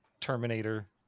Terminator